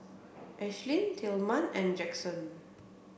Ashlynn Tilman and Jaxson